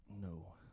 No